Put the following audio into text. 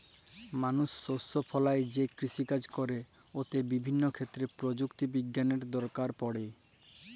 মালুস শস্য ফলাঁয় যে কিষিকাজ ক্যরে উয়াতে বিভিল্য ক্ষেত্রে পরযুক্তি বিজ্ঞালের দরকার পড়ে